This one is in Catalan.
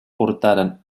portaren